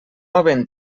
havent